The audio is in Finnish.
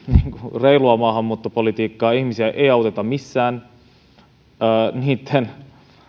maahanmuuttopolitiikkaa ihmisiä ei auteta missään